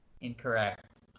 Incorrect